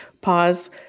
pause